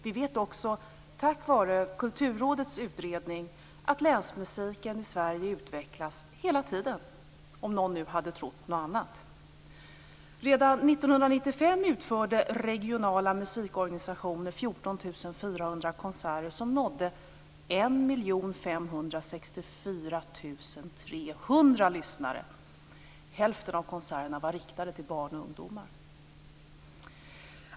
Vi vet också, tack vare Kulturrådets utredning, att länsmusiken i Sverige utvecklas hela tiden - om någon nu hade trott någonting annat. Redan 1995 utförde regionala musikorganisationer 14 400 konserter som nådde 1 564 300 lyssnare. Hälften av konserterna var riktade till barn och ungdomar.